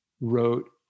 wrote